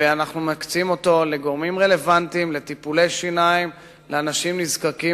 ואנחנו מקצים אותו לגורמים רלוונטיים לטיפולי שיניים לאנשים נזקקים,